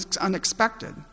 unexpected